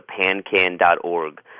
PANCAN.org